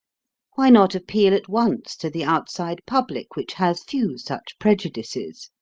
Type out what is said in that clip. why not appeal at once to the outside public, which has few such prejudices?